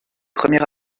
premier